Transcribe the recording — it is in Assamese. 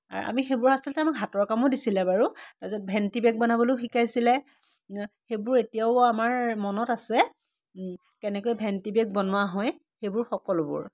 আমি সেইবোৰ আচলতে আমাৰ হাতৰ কামো দিছিলে বাৰু তাৰ পাছত ভেণ্টি বেগ বনাবলৈও শিকাইছিলে সেইবোৰ এতিয়াও আমাৰ মনত আছে কেনেকৈ ভেণ্টি বেগ বনোৱা হয় সেইবোৰ সকলোবোৰ